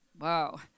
Wow